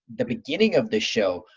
the beginning of the show,